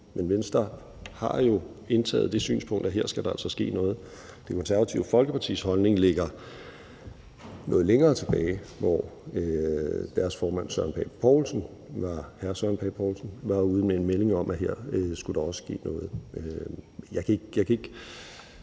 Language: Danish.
Men Venstre har jo indtaget det synspunkt, at her skal der altså ske noget. Det Konservative Folkepartis holdning ligger noget længere tilbage, hvor deres formand, hr. Søren Pape Poulsen, var ude med en melding om, at her skulle der ske noget. Men jeg kan ikke